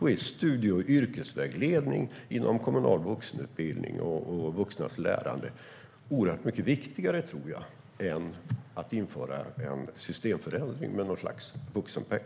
Då är studie och yrkesvägledning inom kommunal vuxenutbildning och vuxnas lärande oerhört mycket viktigare, tror jag, än att införa en systemförändring med något slags vuxenpeng.